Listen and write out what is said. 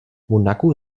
monaco